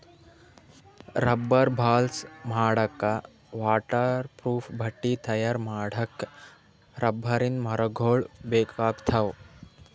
rubber balls ಮಾಡಕ್ಕಾ waterproof ಬಟ್ಟಿ ತಯಾರ್ ಮಾಡಕ್ಕ್ ರಬ್ಬರಿನ್ ಮರಗೊಳ್ ಬೇಕಾಗ್ತಾವ